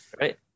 right